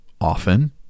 often